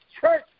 church